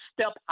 step